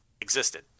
existed